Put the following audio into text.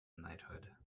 knighthood